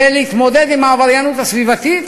ולהתמודד עם העבריינות הסביבתית,